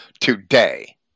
today